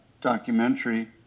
documentary